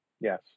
yes